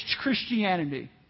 Christianity